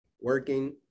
working